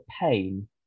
pain